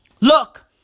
look